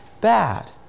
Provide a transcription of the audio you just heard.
bad